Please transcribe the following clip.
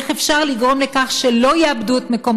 איך אפשר לגרום לכך שלא יאבדו את מקום